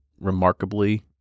remarkably